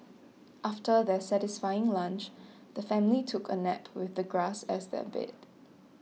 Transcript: after their satisfying lunch the family took a nap with the grass as their bed